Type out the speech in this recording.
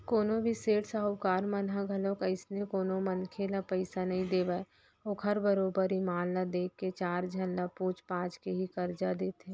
कोनो भी सेठ साहूकार मन ह घलोक अइसने कोनो मनखे ल पइसा नइ देवय ओखर बरोबर ईमान ल देख के चार झन ल पूछ पाछ के ही करजा देथे